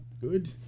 good